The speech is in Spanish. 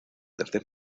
tercer